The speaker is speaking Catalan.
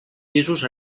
pisos